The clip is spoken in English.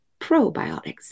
probiotics